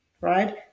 right